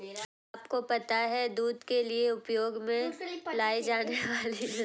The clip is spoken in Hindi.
क्या आपको पता है दूध के लिए उपयोग में लाई जाने वाली नस्ल लोही, कूका आदि है?